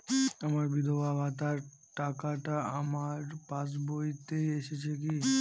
আমার বিধবা ভাতার টাকাটা আমার পাসবইতে এসেছে কি?